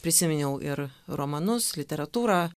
prisiminiau ir romanus literatūrą